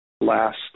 last